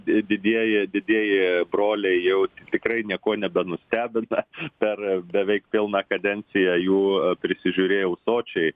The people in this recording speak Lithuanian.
didieji didieji broliai jau tikrai niekuo nebenustebina per beveik pilną kadenciją jų prisižiūrėjau sočiai